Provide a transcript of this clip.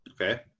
Okay